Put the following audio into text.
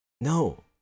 No